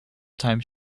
times